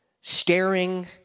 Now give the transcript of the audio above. staring